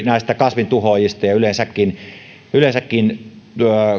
näistä kasvintuhoajista ja yleensäkin yleensäkin